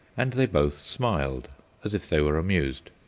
and they both smiled as if they were amused.